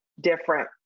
different